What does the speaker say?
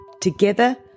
Together